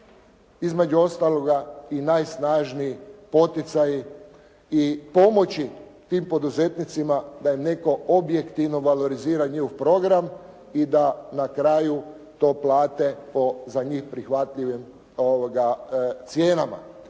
između ostaloga i najsnažniji poticaji i pomoći tim poduzetnicima da netko objektivno valorizira njihov program i da na kraju to plate po za njih prihvatljivim cijenama.